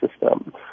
system